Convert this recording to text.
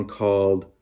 called